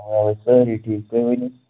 اَوا اَوا سٲری ٹھیٖک تُہۍ ؤنِو